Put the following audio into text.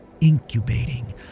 incubating